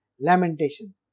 lamentation